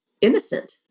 innocent